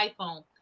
iPhone